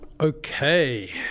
Okay